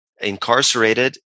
incarcerated